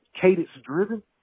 cadence-driven